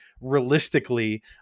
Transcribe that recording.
realistically